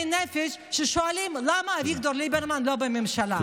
נפש ששואלים למה אביגדור ליברמן לא בממשלה.